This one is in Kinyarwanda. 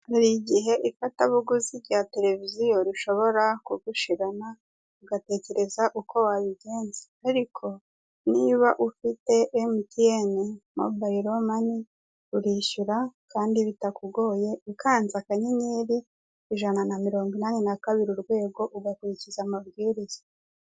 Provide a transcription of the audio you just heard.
Hari igihe ifatabuguzi rya tereviziyo rishobora kugushirana, ugatekereza uko wabigenza ariko niba ufite emutiyene mobayiro mani urishyura kandi bitakugoye ukanze akanyenyeri ijana na mirongo inani nakabiri ugakurikiza amabwiriza.